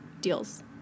deals